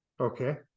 okay